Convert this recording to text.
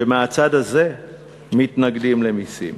שמהצד הזה מתנגדים למסים.